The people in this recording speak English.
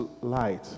light